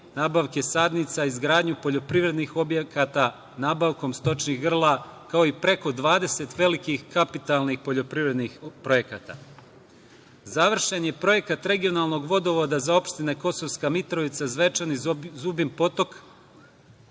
nabavku sadnica, izgradnju poljoprivrednih objekata, nabavkom stočnih grla, kao i preko 20 velikih kapitalnih poljoprivrednih objekata. Završen je projekat regionalnog vodovoda za opštine Kosovska Mitrovica, Zvečan i Zubin Potok,